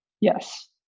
Yes